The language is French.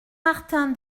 martin